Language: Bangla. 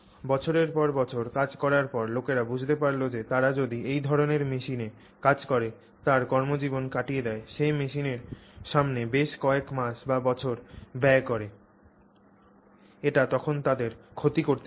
বছরের পর বছর কাজ করার পর লোকেরা বুঝতে পারল যে তারা যদি এই ধরণের মেশিনে কাজ করে তার কর্মজীবন কাটিয়ে দেয় সেই মেশিনের সামনে বেশ কয়েক মাস বা বছর ব্যয় করে এটি তখন তাদের ক্ষতি করতে পারে